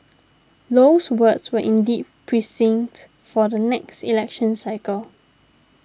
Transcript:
Low's words were indeed prescient for the next election cycle